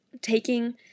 taking